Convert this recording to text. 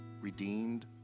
redeemed